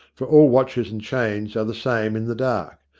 for all watches and chains are the same in the dark,